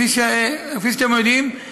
כפי שאתם יודעים,